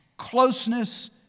closeness